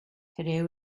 today